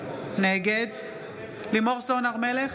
נגד לימור סון הר מלך,